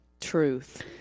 Truth